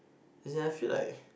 as in I feel like